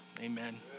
Amen